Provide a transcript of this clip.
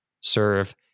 serve